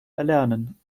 erlernen